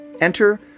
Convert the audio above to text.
Enter